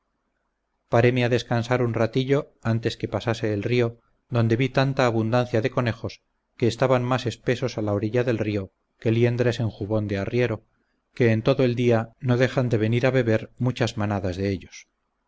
paréme a descansar un ratillo antes que pasase el río donde vi tanta abundancia de conejos que estaban más espesos a la orilla del río que liendres en jubón de arriero que en todo el día no dejan de venir a beber muchas manadas de ellos